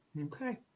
Okay